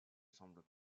semblent